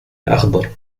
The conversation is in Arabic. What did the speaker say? الأخضر